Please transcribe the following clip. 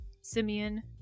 Simeon